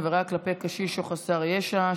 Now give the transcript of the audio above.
עבירה כלפי קשיש או חסר ישע),